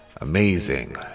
Amazing